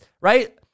right